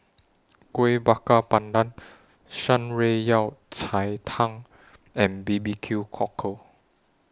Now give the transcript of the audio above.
Kuih Bakar Pandan Shan Rui Yao Cai Tang and B B Q Cockle